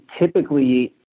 typically